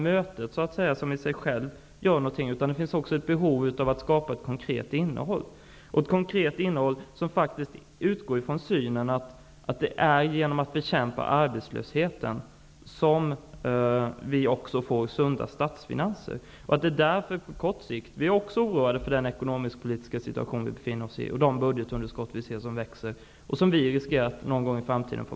Det finns också ett behov av att skapa ett konkret innehåll som utgår från synen att det är genom att bekämpa arbetslösheten som man kan skapa sunda statsfinanser. Också vi är oroade för den ekonomisk-politiska situation som vi befinner oss i och de växande budgetunderskotten, som vi riskerar att få betala någon gång i framtiden.